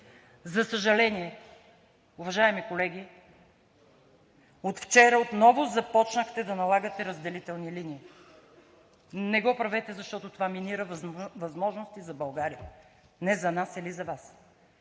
За съжаление, уважаеми колеги, от вчера отново започнахте да налагате разделителни линии. Не го правете, защото това минира възможности за България – не за нас, или за Вас.